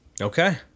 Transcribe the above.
Okay